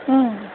अँ